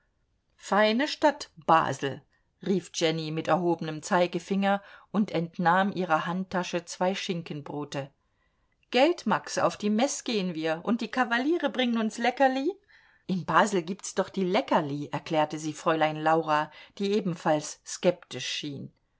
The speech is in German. feine stadt basel rief jenny mit erhobenem zeigefinger und entnahm ihrer handtasche zwei schinkenbröte gelt max auf die meß gehen wir und die kavaliere bringen uns leckerli in basel gibt's doch die leckerli erklärte sie fräulein laura die ebenfalls skeptisch schien